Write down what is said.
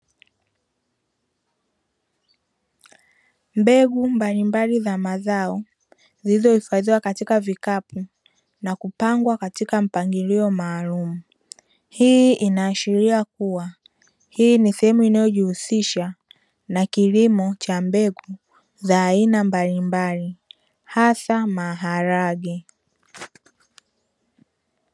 Mbegu mbalimbali za mazao zilizohifadhiwa katika vikapu na kupangwa katika mpangilio maalumu. Hii inaashiria kuwa hii ni sehemu inayojihusisha na kilimo cha mbegu za aina mbalimbali hasa maharage.